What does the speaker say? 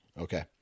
Okay